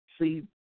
See